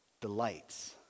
delights